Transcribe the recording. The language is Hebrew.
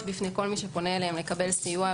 בפני כל מי שפונה אליהם לקבל סיוע,